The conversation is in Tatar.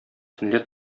төнлә